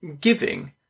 giving